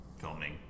Filming